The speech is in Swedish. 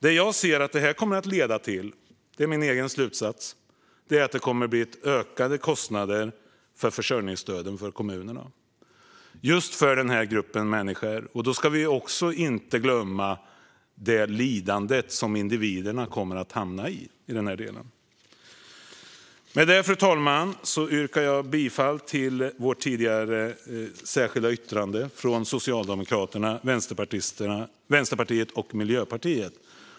Det jag ser att detta kommer att leda till - det är min egen slutsats - är ökade kostnader för kommunerna för försörjningsstöden till just den här gruppen människor. Vi ska heller inte glömma det lidande som individerna kommer att hamna i. Med det, fru talman, hänvisar jag till det tidigare särskilda yttrandet från Socialdemokraterna, Vänsterpartiet och Miljöpartiet.